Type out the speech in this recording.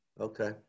Okay